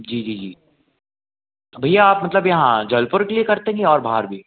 जी जी जी भैया आप मतलब यहाँ जलपुर के लिए करते हैं कि और बाहर भी